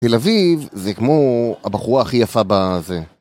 תל אביב זה כמו הבחורה הכי יפה בזה.